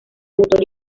debutó